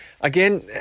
again